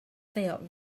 felt